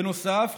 בנוסף,